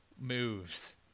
Moves